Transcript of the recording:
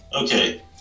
Okay